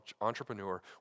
entrepreneur